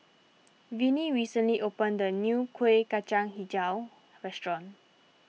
Vinnie recently opened a new Kuih Kacang HiJau restaurant